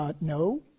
no